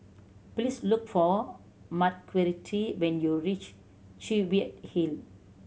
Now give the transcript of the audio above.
please look for Marguerite when you reach Cheviot Hill